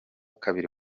kabiri